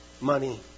money